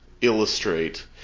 illustrate